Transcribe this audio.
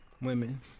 women